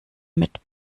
mit